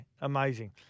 amazing